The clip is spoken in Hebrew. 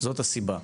זאת הסיבה.